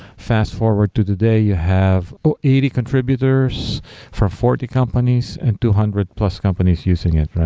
fast-forward to today, you have eighty contributors for forty companies, and two hundred plus companies using it,